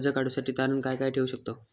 कर्ज काढूसाठी तारण काय काय ठेवू शकतव?